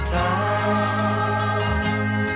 time